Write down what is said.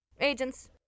Agents